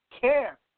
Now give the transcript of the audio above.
care